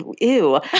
ew